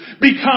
become